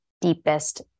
deepest